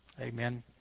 Amen